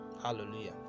hallelujah